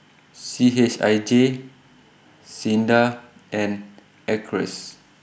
C H I J S I N D A and Acres